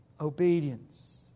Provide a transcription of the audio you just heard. Obedience